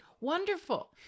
Wonderful